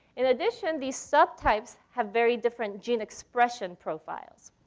in addition, these sub-types have very different gene expression profiles.